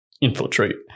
infiltrate